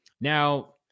Now